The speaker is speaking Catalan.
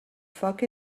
foc